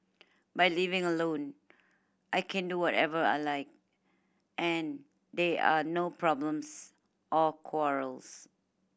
by living alone I can do whatever I like and there are no problems or quarrels